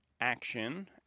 action